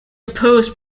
opposed